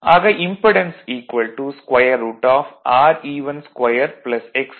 ஆக impedance √ Re12 Xe12 6